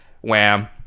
wham